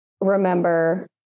remember